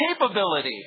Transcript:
capability